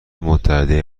متحده